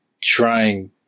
trying